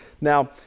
Now